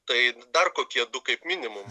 tai dar kokie du kaip minimum